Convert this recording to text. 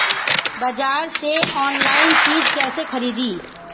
बाजार से आनलाइन चीज कैसे खरीदी?